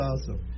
awesome